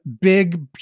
big